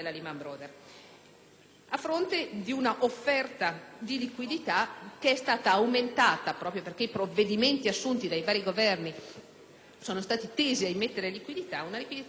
a fronte di un'offerta di liquidità che è stata aumentata, proprio perché i provvedimenti assunti dai vari Governi sono stati tesi ad immettere liquidità, a 323 miliardi.